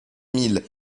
mille